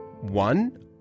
One